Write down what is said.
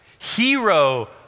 hero